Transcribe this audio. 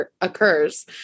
occurs